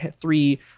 three